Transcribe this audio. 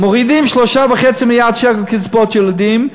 מורידים 3.5 מיליארד שקל מקצבאות ילדים,